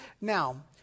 Now